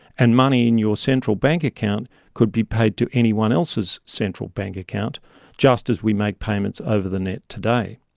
and money in your central bank account could be paid to anyone else's central bank account just as we make payments over the net today.